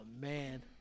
man